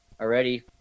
Already